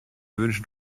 wünschen